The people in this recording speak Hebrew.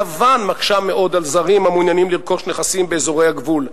יוון מקשה מאוד על זרים המעוניינים לרכוש נכסים באזורי הגבול.